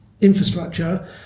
infrastructure